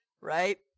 right